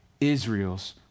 Israel's